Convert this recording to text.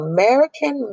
American